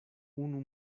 unu